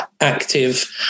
active